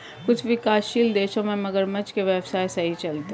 कुछ विकासशील देशों में मगरमच्छ के व्यवसाय सही चलते हैं